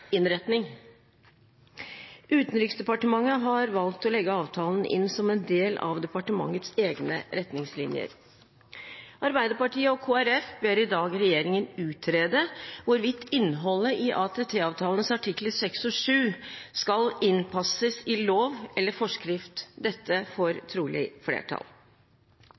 Utenriksdepartementet har valgt å legge avtalen inn som en del av departementets egne retningslinjer. Arbeiderpartiet og Kristelig Folkeparti ber i dag regjeringen utrede hvorvidt innholdet i ATT-avtalens artikler 6 og 7 skal innpasses i lov eller forskrift. Dette får trolig flertall.